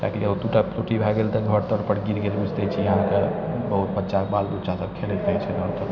ताकि दू टा भए गेल तऽ घर तरपर गिर गेल तऽ अहाँके बहुत अच्छा बाल बच्चा सब खेलैत रहै छै